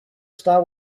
star